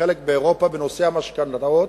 ובחלק מאירופה בנושא המשכנתאות,